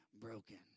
broken